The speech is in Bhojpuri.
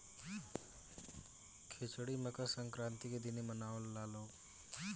खिचड़ी मकर संक्रान्ति के दिने बनावे लालो